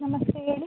ನಮಸ್ತೆ ಹೇಳಿ